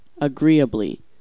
Agreeably